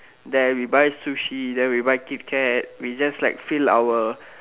then we buy sushi then we buy Kit-Kat we just like fill our